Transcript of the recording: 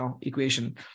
equation